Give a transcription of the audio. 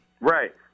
Right